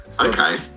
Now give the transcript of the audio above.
okay